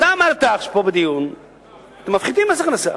אתה אמרת פה בדיון שמפחיתים מס הכנסה.